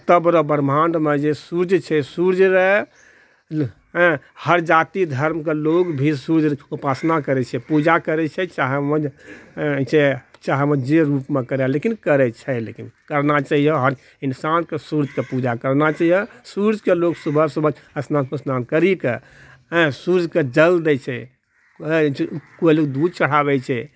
तबरऽ ब्रह्माण्डमे जे सूर्य छै सूर्यरऽ हर जाति धर्मके लोक भी सूर्यरऽ उपासना करै छै पूजा करै छै चाहे ओ जाहि रूपमे करै लेकिन करै छै लेकिन करना चाहिअऽ हर इन्सानके सूर्यरऽ पूजा करना चाहिअऽ सूर्यके लोक सुबह सुबह स्नान उस्नान करिके सूर्यके जल दै छै कोइ लोक दूध चढ़ाबै छै